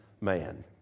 man